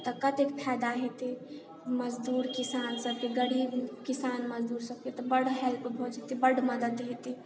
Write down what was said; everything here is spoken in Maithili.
तऽ कतेक फायदा हेतै मजदूर किसान सबके गरीब किसान मजदूर सबके तऽ बड़ हेल्प भए जेतै बड़ मदद हेतै